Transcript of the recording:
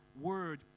word